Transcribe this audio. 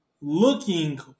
looking